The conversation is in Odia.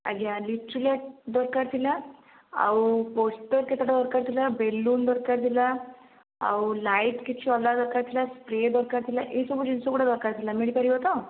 ଆଜ୍ଞା ଲିଚୁ ଲାଇଟ୍ ଦରକାର ଥିଲା ଆଉ ପୋଷ୍ଟର କେତେଟା ଦରକାର ଥିଲା ବେଲୁନ ଦରକାର ଥିଲା ଆଉ ଲାଇଟ୍ କିଛି ଅଲଗା ଦରକାର ଥିଲା ସ୍ପ୍ରେ ଦରକାର ଥିଲା ଏହିସବୁ ଜିନିଷ ଗୁଡ଼ା ଦରକାର ଥିଲା ମିଳିପାରିବ ତ